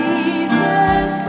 Jesus